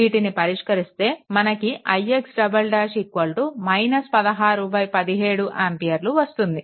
వీటిని పరిష్కరిస్తే మనకు ix " 1617 ఆంపియర్లు వస్తుంది